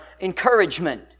encouragement